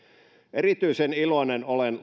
erityisen iloinen olen